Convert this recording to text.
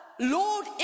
Lord